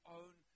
own